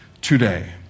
today